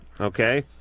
Okay